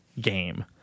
Game